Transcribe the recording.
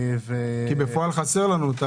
כי בפועל חסר לנו.